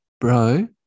bro